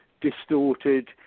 distorted